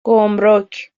گمرک